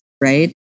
right